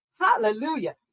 hallelujah